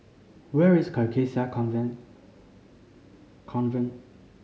where is Carcasa Convent Convent